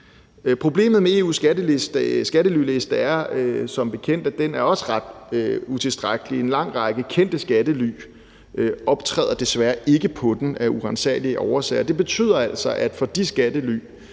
Problemet med EU's skattelyliste er som bekendt, at den også er ret utilstrækkelig. En lang række kendte skattely optræder desværre ikke på den af uransagelige årsager, og det betyder altså, at hvad angår de skattely